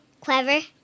Clever